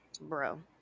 bro